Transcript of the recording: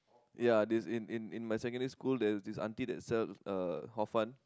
ya this in in in my secondary school there's this aunty that sells uh Hor-Fun